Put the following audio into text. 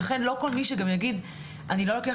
ולכן לא כל מי שגם יגיד אני לא לוקח